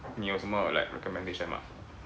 你有什么 like recommendation 吗